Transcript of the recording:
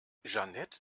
jeanette